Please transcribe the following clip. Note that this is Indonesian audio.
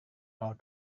mau